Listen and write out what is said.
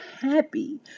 happy